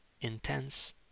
intense